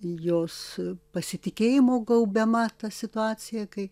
jos pasitikėjimo gaubiama ta situacija kai